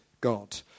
God